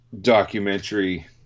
documentary